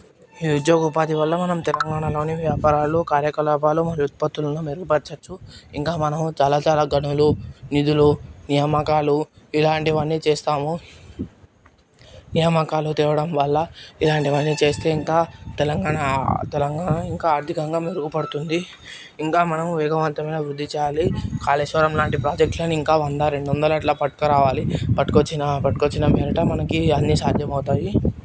ఈ ఉద్యోగ ఉపాధి వల్ల మనం తెలంగాణలోని వ్యాపారాలు కార్యకలాపాలు ఉత్పత్తులను మెరుగుపరచవచ్చు ఇంకా మనం చాలా చాలా గనులు నిధులు నియామకాలు ఇలాంటివి అన్నీ చేస్తాము నియామకాలు తేవడం వల్ల ఇలాంటివన్నీ చేస్తే ఇంకా తెలంగాణ తెలంగాణ ఇంకా ఆర్థికంగా మెరుగుపడుతుంది ఇంకా మనం వేగవంతమైన అభివృద్ధి చేయాలి కాళేశ్వరం లాంటి ప్రాజెక్టులను ఇంకా వంద రెండు వందలు అట్ల పట్టుకొని రావాలి పట్టుక వచ్చిన పట్టుక వచ్చిన మీదట మనకి అన్ని సాధ్యం అవుతాయి